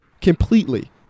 completely